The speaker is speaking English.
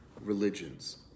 religions